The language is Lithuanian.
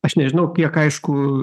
aš nežinau kiek aišku